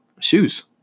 shoes